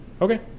okay